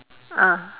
ah